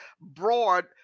broad